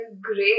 great